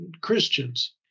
Christians